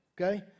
Okay